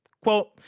Quote